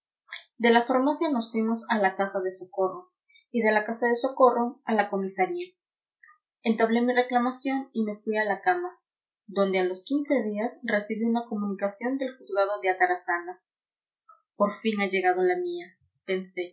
de la farmacia nos fuimos a la casa de socorro y de la casa de socorro a la comisaría entablé mi reclamación y me fui a la cama donde a los quince días recibí una comunicación del juzgado de atarazanas por fin ha llegado la